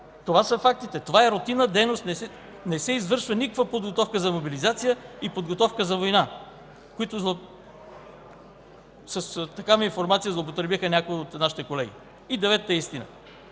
Това са фактите. Това е рутинна дейност. Не се извършва никаква подготовка за мобилизация и подготовка за война. С такава информация злоупотребиха някои от нашите колеги. И деветата истина: